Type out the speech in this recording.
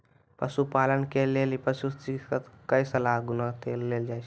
पशुपालन के लेल पशुचिकित्शक कऽ सलाह कुना लेल जाय?